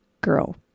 girl